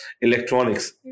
electronics